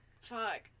fuck